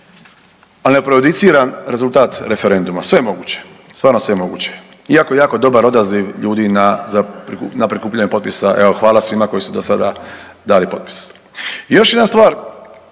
Ali ne prejudiciram rezultat referenduma, sve je moguće, stvarno sve je moguće, jako, jako dobar odaziv ljudi na prikupljanje potpisa, evo hvala svima koji su do sada dali potpis. I još jedna stvar